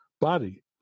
body